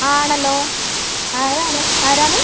ആണല്ലോ ആരാണ് ആരാണ്